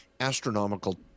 astronomical